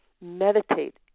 meditate